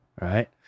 Right